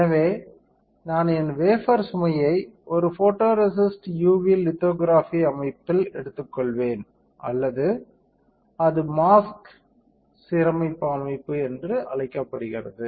எனவே நான் என் வேஃபர் சுமையை ஒரு ஃபோட்டோரேசிஸ்ட் UV லித்தோகிராஃபி அமைப்பில் எடுத்துக்கொள்வேன் அல்லது அது மாஸ்க் மாஸ்க் சீரமைப்பு அமைப்பு என்று அழைக்கப்படுகிறது